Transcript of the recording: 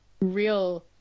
real